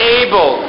able